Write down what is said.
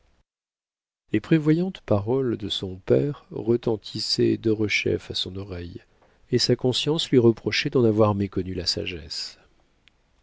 les prévoyantes paroles de son père retentissaient derechef à son oreille et sa conscience lui reprochait d'en avoir méconnu la sagesse